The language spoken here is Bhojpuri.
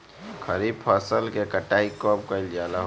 खरिफ फासल के कटाई कब कइल जाला हो?